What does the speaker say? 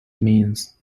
means